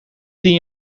tien